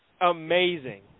amazing